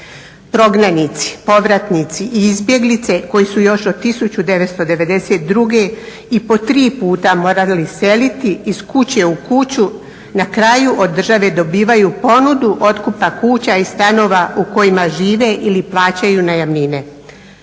Prognanici, povratnici i izbjeglice koji su još od 1992.i po tri puta morali seliti iz kuće u kuću na kraju od države dobivaju ponudu otkupa kuća i stanova u kojima žive ili plaćaju najamnine.